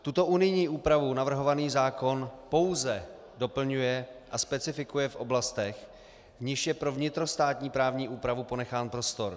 Tuto unijní úpravu navrhovaný zákon pouze doplňuje a specifikuje v oblastech, v nichž je pro vnitrostátní právní úpravu ponechán prostor.